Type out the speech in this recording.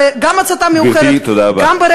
גברתי, תודה רבה.